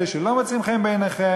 אלה שלא מוצאים חן בעיניכם,